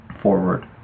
forward